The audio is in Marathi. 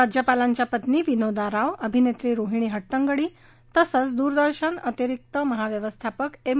राज्यपालांच्या पत्नी विनोदा राव अभिनेत्री रोहिणी हट्टांडी तसंच द्रदर्शन अतिरिक्त महाव्यवस्थापक एम